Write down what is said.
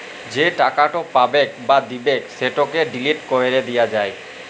যে টাকাট পাবেক বা দিবেক সেটকে ডিলিট ক্যরে দিয়া যায়